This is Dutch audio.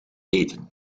eten